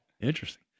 Interesting